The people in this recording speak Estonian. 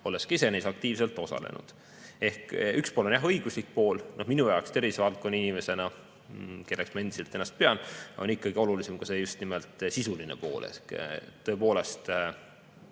olles ka ise neis aktiivselt osalenud. Üks pool on jah õiguslik pool. Minu jaoks tervisevaldkonna inimesena, kelleks ma endiselt ennast pean, on ikkagi olulisem ka just nimelt sisuline pool. Tõepoolest,